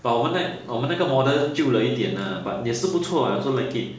but 我们那我们那个 model 旧了一点 ah but 也是不错啊 I also like it